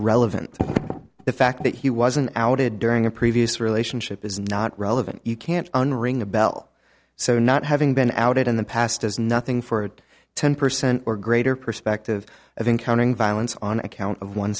relevant the fact that he wasn't outed during a previous relationship is not relevant you can't unring a bell so not having been outed in the past does nothing for a ten percent or greater perspective of encountering violence on account of one